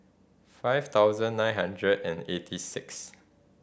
five thousand nine hundred and eighty six